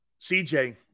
CJ